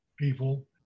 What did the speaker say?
people